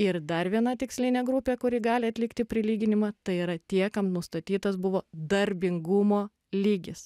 ir dar viena tikslinė grupė kuri gali atlikti prilyginimą tai yra tie kam nustatytas buvo darbingumo lygis